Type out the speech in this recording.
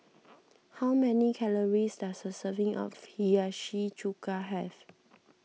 how many calories does a serving of Hiyashi Chuka have